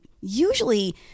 usually